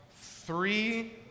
three